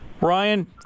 Ryan